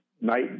night